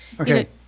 okay